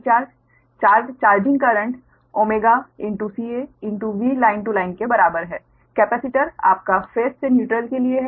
charge charging current ωCanVline to neutral के बराबर है कैपेसिटर आपका फेस से न्यूट्रल के लिए है